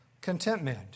contentment